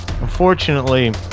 unfortunately